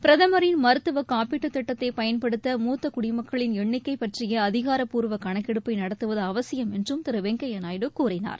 பிரதமரின் மருத்துவ காப்பீட்டுத் திட்டத்தை பயன்படுத்த மூத்த குடிமக்களின் எண்ணிக்கை பற்றிய அதிகாரப்பூர்வ கணக்கெடுப்பை நடத்துவது அவசியம் என்றும் திரு வெங்கையா நாயுடு கூறினார்